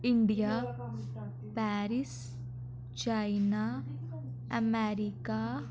India Paris China America